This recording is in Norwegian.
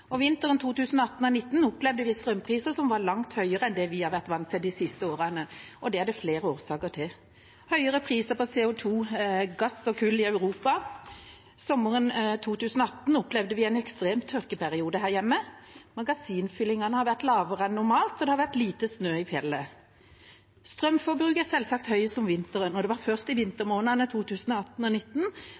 Vinteren 2018/2019 opplevde vi strømpriser som var langt høyere enn vi har vært vant til de siste årene, og det er det flere årsaker til. Det var høyere priser på CO 2 , gass og kull i Europa. Sommeren 2018 opplevde vi en ekstrem tørkeperiode her hjemme, magasinfyllingene har vært lavere enn normalt, og det har vært lite snø i fjellet. Strømforbruket er selvsagt høyest om vinteren, og det var først i vintermånedene